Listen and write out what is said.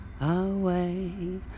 away